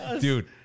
dude